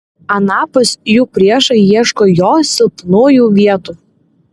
anapus jų priešai ieško jo silpnųjų vietų